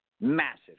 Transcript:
massive